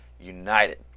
united